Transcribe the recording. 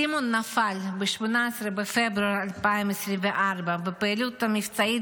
סימון נפל ב-18 בפברואר 2024 בפעילות מבצעית